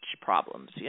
problems